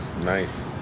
nice